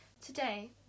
Today